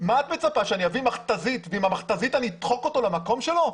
את מצפה שאני אביא מכתזית ועם המכתזית אני אדחק אותו למקום שלו?